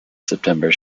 september